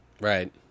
Right